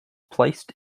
placed